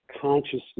consciousness